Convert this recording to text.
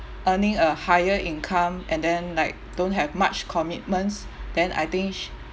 earning a higher income and then like don't have much commitments then I think she